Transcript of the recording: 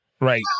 Right